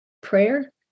prayer